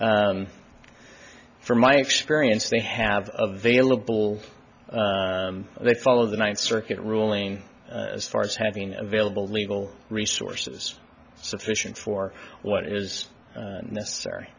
obvious from my experience they have available they follow the ninth circuit ruling as far as having available legal resources sufficient for what is necessary